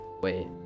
wait